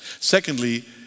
Secondly